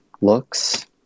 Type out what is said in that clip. looks